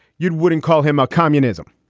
you'd wouldn't call him a communism.